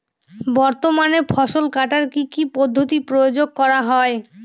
বর্তমানে ফসল কাটার কি কি পদ্ধতি প্রয়োগ করা হয়?